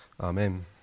Amen